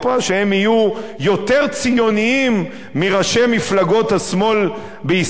שהם יהיו יותר ציונים מראשי מפלגות השמאל בישראל,